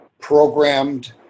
programmed